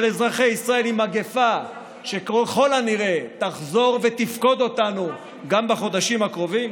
אזרחי ישראל עם מגפה שככל הנראה תחזור ותפקוד אותנו גם בחודשים הקרובים?